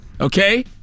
Okay